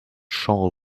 shall